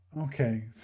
Okay